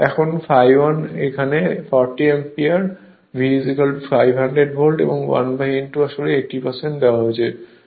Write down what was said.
এখন ∅1 এখানে 40 ampere V 500 volt এবং 1 n2 দেওয়া হয়েছে 80